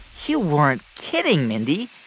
you weren't kidding, mindy.